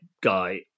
guy